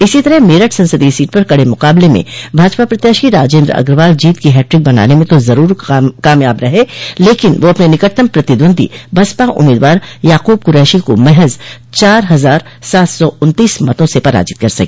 इसी तरह मेरठ संसदीय सीट पर कड़े मुकाबले में भाजपा प्रत्याशी राजेन्द्र अग्रवाल जीत की हैट्रिक बनाने में तो जरूर कामयाब रहे हैं लेकिन वह अपने निकटतम प्रतिद्वंदी बसपा उम्मीदवार याकूब कुरैशी को महज चार हजार सात सौ उन्तीस मतों से पराजित कर सके